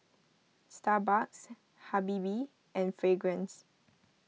Starbucks Habibie and Fragrance